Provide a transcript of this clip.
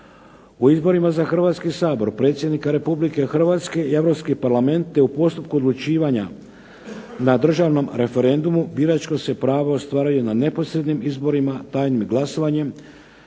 U izborima za Hrvatski sabor, Predsjednika Republike Hrvatske i Europski parlament te u postupku odlučivanja na državnom referendumu biračko se pravo ostvaruje na neposrednim izborima tajnim glasovanjem,